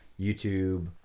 YouTube